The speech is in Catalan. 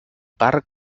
parc